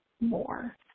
more